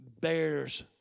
bears